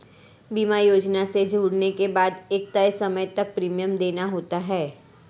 बीमा योजना से जुड़ने के बाद एक तय समय तक प्रीमियम देना होता है